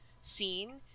scene